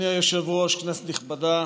אדוני היושב-ראש, כנסת נכבדה,